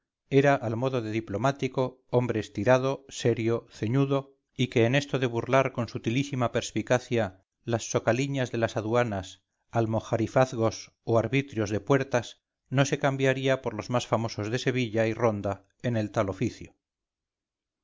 era al modo de diplomático hombre estirado serio ceñudo y que en esto de burlar con sutilísima perspicacia las socaliñas de las aduanas almojarifazgos o arbitrios de puertas no se cambiaría por los más famosos de sevilla y ronda en el tal oficio